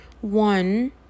one